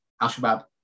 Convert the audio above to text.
Al-Shabaab